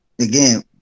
again –